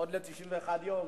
לעוד 91 יום.